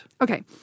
Okay